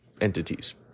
entities